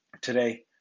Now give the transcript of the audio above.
Today